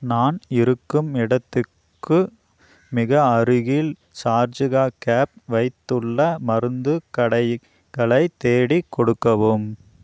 நான் இருக்கும் இடத்துக்கு மிக அருகில் சார்ஜிகால் கேப் வைத்துள்ள மருந்துக் கடைகளை தேடிக் கொடுக்கவும்